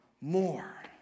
more